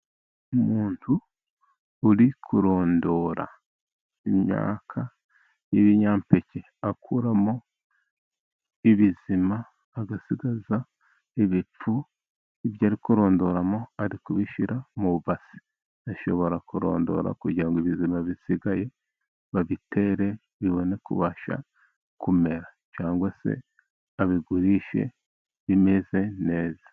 Umuntu uri kurondora imyaka y'ibinyampeke akuramo ibizima, agasigaza ibipfu. Ibyo ari kurondoramo ari kubishyira mu base. Ashobora kurondora kugira ngo ibizima bisigaye babitere bibone kubasha kumera, cyangwa se abigurishe bimeze neza.